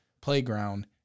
playground